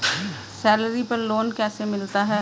Salary पर loan कैसे मिलता है?